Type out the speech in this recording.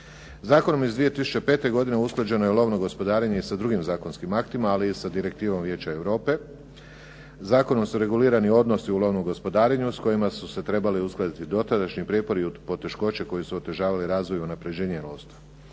Zakonom iz 2005. godine usklađeno je lovno gospodarenje i sa drugim zakonskim aktima, ali i sa direktivom Vijeća Europe. Zakonom su regulirani odnosi u lovnom gospodarenju s kojima su se trebali uskladiti dotadašnji prijepori od poteškoće koje su otežavali razvoj i unapređenje lovstvu.